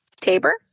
Tabor